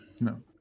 No